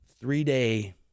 three-day